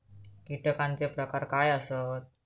कीटकांचे प्रकार काय आसत?